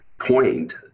point